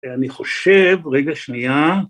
‫אני חושב, רגע שנייה.